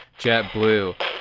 JetBlue